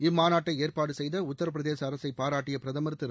இம்மாநாட்டை ஏற்பாடு செய்த உத்திரபிரதேச அரசை பாராட்டிய பிரதமர் திரு